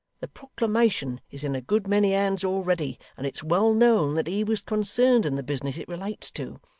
the proclamation is in a good many hands already, and it's well known that he was concerned in the business it relates to.